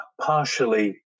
partially